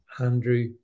Andrew